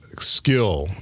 skill